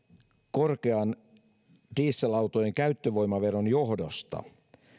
korkean dieselautojen käyttövoimaveron johdosta